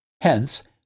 hence